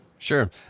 Sure